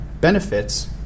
benefits